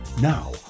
now